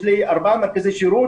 יש לי ארבעה מרכזי שירות.